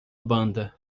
banda